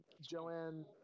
Joanne